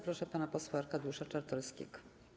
Proszę pana posła Arkadiusza Czartoryskiego.